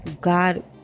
God